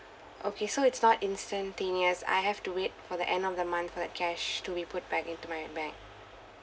okay so it's not instantaneous I have to wait for the end of the month for the cash to be put back into my bank